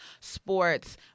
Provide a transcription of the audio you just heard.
sports